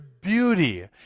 beauty